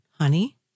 honey